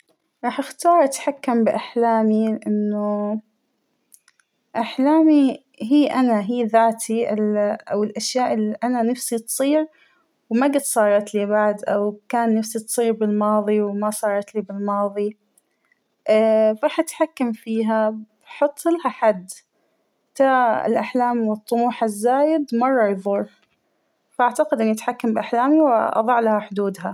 راح أختار اتحكم باحلامى لانه أحلامى هى أنا هى ذاتى ال او الأشياء اللى أنا نفسى تصير ما قد صارتلى بعد أو كان نفسى تصير بالماضى وما صارتلى بالماضى ، راح أتحكم فيها ، بحطلها حد تا الأحلام والطموح الزايد مرة يفور ،فأعتقد إنى أتحكم باحلامى وأضعلها حدودها.